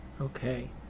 Okay